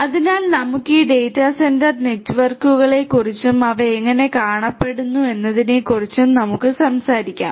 അതിനാൽ നമുക്ക് ഈ ഡാറ്റാ സെന്റർ നെറ്റ്വർക്കുകളെക്കുറിച്ചും അവ എങ്ങനെ കാണപ്പെടുന്നുവെന്നതിനെക്കുറിച്ചും നമുക്ക് സംസാരിക്കാം